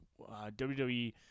WWE